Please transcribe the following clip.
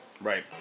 right